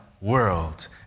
world